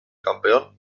campeón